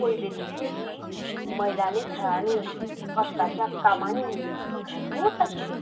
पयलेची पिळगी मैदानी खेळांनी कश्टाच्या कामांनी घटमूट आशिल्ली